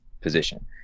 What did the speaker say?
position